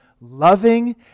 loving